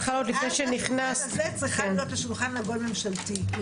השיחה בשולחן הזה צריכה להיות בשולחן עגול ממשלתי.